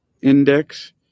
index